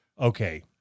Okay